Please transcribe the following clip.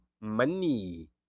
money